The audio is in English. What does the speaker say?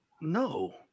no